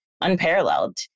unparalleled